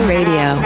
Radio